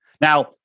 Now